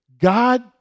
God